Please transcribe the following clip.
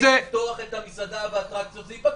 זה ------ לפתוח את המסעדות והאטרקציות זה ייפתח.